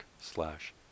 slash